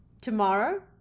tomorrow